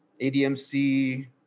ADMC